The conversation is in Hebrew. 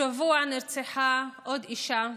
השבוע נרצחה עוד אישה,